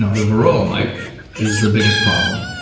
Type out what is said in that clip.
ah the varroa mite is the biggest problem.